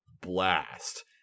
blast